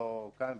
לא כאן,